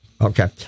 Okay